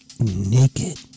naked